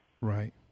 right